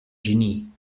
genie